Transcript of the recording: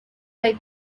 dai